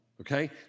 okay